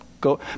go